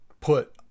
Put